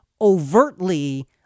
overtly